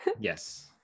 Yes